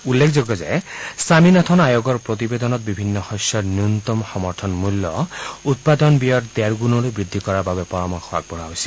উল্লেখযোগ্য যে স্বমীনাথন আয়োগৰ প্ৰতিবেদনত বিভিন্ন শস্যৰ ন্যূনতম সমৰ্থন মূল্য উৎপাদন ব্যয়ৰ ডেৰগুণলৈ বৃদ্ধি কৰাৰ বাবে পৰামৰ্শ আগবঢ়োৱা হৈছিল